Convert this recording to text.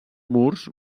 murs